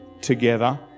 together